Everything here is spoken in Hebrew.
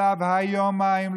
יומיים,